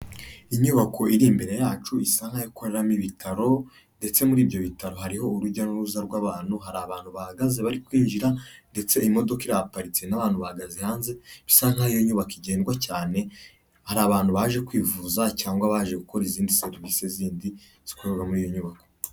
Inyubako iri imbere yacu isa nkaho ikoreramo ibitaro, ndetse muri ibyo bitaro hariho urujya n'uruza rw'abantu, hari abantu bahagaze bari kwinjira ndetse imodoka irahaparitse n'abantu bahagaze hanze, bisa nkaho iyo nyubako igendwa cyane, hari abantu baje kwivuza cyangwa baje gukora izindi serivisi zindi, zikorerwa muri iyo nyubako.